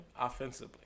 offensively